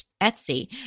Etsy